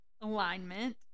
Alignment